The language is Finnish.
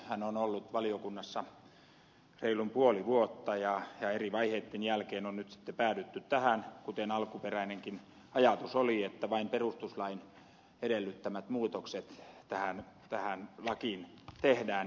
tämä metsälakiuudistusesityshän on ollut valiokunnassa reilun puoli vuotta ja eri vaiheitten jälkeen on nyt sitten päädytty tähän kuten alkuperäinenkin ajatus oli että vain perustuslain edellyttämät muutokset tähän lakiin tehdään